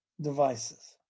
devices